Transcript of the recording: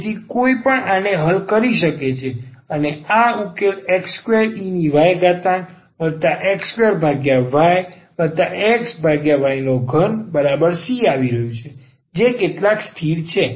તેથી કોઈ પણ આને હલ કરી શકે છે અને આ ઉકેલ x2eyx2yxy3c આવી રહ્યું છે જે કેટલાક સ્થિર છે